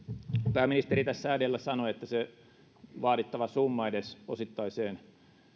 pääministeri tässä edellä sanoi että vaadittava summa edes tähän osittaiseen